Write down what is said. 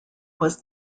was